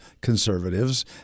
conservatives